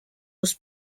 was